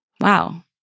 wow